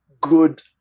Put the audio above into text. good